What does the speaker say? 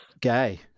gay